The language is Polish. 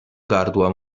gardła